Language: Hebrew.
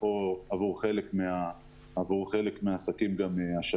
או כבר השנה עבור חלק מהעסקים השנה,